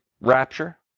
rapture